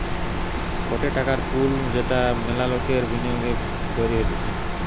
গটে টাকার পুল যেটা মেলা লোকের বিনিয়োগ মিলিয়ে তৈরী হতিছে